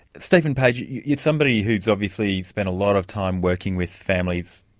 stephen page, you're somebody who's obviously spent a lot of time working with families,